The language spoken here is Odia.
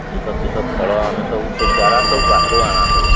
କିସ କିସ ଫଳ ଆମେ ସବୁ ସେ ଚାରା ସବୁ ବାହାରୁ ଆଣା ହୁଏ